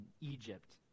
Egypt